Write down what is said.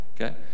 okay